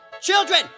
children